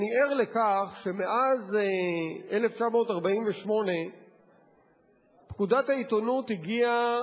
אני ער לכך שמאז 1948 פקודת העיתונות הגיעה